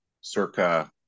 circa